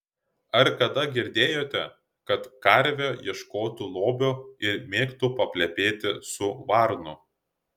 ar kada girdėjote kad karvė ieškotų lobio ir mėgtų paplepėti su varnu